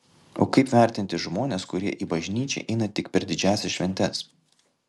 o kaip vertinti žmones kurie į bažnyčią eina tik per didžiąsias šventes